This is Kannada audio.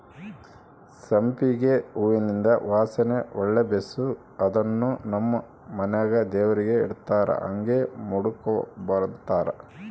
ಸಂಪಿಗೆ ಹೂವಿಂದು ವಾಸನೆ ಒಳ್ಳೆ ಬೇಸು ಅದುನ್ನು ನಮ್ ಮನೆಗ ದೇವರಿಗೆ ಇಡತ್ತಾರ ಹಂಗೆ ಮುಡುಕಂಬತಾರ